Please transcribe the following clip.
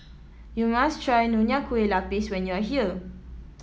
you must try Nonya Kueh Lapis when you are here